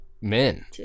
men